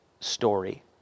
story